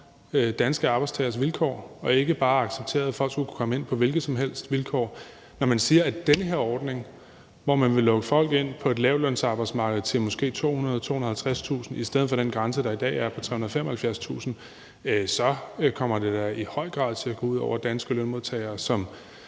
danske arbejdstageres vilkår og ikke bare accepterede, at folk skulle kunne komme ind på hvilke som helst vilkår. I forhold til den her ordning, hvor man vil lukke folk ind på et lavtlønsarbejdsmarked til måske 200.000-250.000 i stedet for den grænse, der i dag er på 375.000, så kommer det da i høj grad til at gå ud over danske lønmodtagere, som